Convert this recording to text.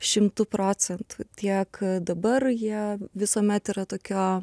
šimtu procentų tiek dabar jie visuomet yra tokio